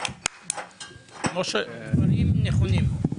דברים נכונים.